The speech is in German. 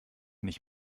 nicht